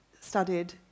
studied